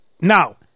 now